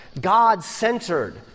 God-centered